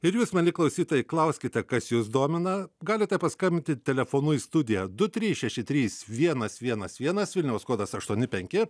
ir jūs mieli klausytojai klauskite kas jus domina galite paskambinti telefonu į studiją du trys šeši trys vienas vienas vienas vilniaus kodas aštuoni penki